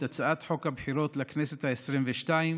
הצעת חוק הבחירות לכנסת העשרים-ושתיים